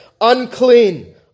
unclean